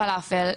פלאפל,